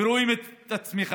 ורואים את הצמיחה,